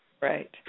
Right